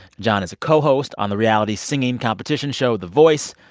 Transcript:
john is a co-host on the reality singing competition show the voice.